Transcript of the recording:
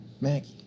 Maggie